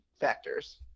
factors